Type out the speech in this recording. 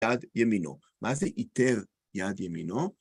יד ימינו. מה זה איטר יד ימינו?